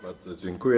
Bardzo dziękuję.